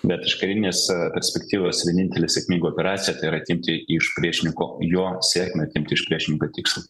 bet iš karinės perspektyvos vienintelė sėkminga operacija tai yra atimti iš priešininko jo sėkmę atimti iš priešininko tikslą